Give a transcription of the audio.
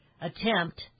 attempt